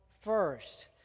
first